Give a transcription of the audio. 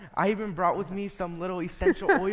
i even brought with me some little essential yeah